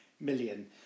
million